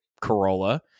Corolla